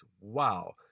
wow